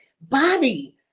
body